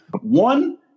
One